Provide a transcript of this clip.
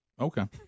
Okay